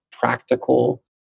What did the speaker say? practical